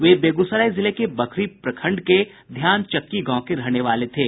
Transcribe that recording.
वे बेगूसराय जिले के बखरी प्रखंड के ध्यानचक्की गांव के रहने वाले थे